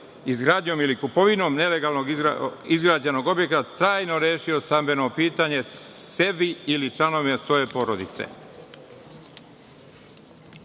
izgradnjom ili kupovinom nelegalno izgrađenog objekta trajno rešio stambeno pitanje sebi ili članovima svoje porodice.